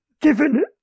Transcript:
Given